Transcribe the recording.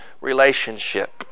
relationship